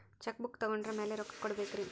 Check book ತೊಗೊಂಡ್ರ ಮ್ಯಾಲೆ ರೊಕ್ಕ ಕೊಡಬೇಕರಿ?